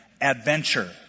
adventure